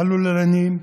הלולנים,